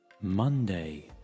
Monday